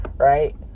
Right